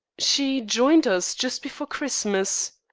she joined us just before christmas.